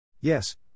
Yes